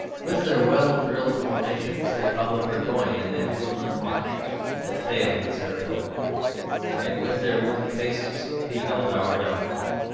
with their well-drilled formations they followed burgoyne in that woodland march that failed at saratoga and with their wooden faces beheld our downfall.